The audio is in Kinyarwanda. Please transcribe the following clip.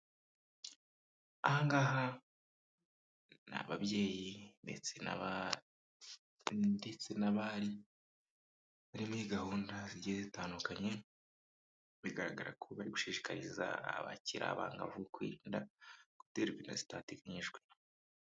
Aha ni ababyeyi ndetse n'abari bari muri gahunda zigiye zitandukanye bigaragara ko bari gushishikariza abakira abangavukwirinda guterwa inda zitateganyijwe.